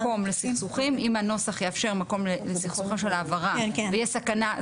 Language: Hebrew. אם הנוסח יאפשר מקום לסכסוכים של העברה ויהיה סכנה,